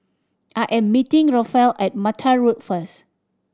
I am meeting Rafael at Mattar Road first